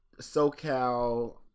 SoCal